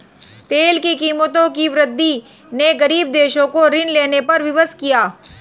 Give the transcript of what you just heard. तेल की कीमतों की वृद्धि ने गरीब देशों को ऋण लेने पर विवश किया